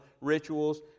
rituals